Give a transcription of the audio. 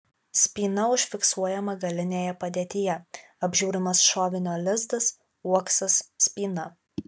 spyna užfiksuojama galinėje padėtyje apžiūrimas šovinio lizdas uoksas spyna